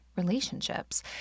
relationships